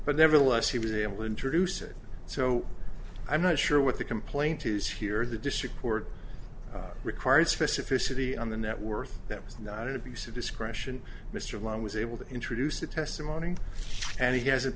but nevertheless he was able to introduce it so i'm not sure what the complaint is here the district court required specificity on the net worth that was not an abuse of discretion mr lang was able to introduce the testimony and he has